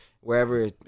wherever